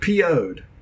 PO'd